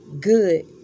Good